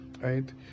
right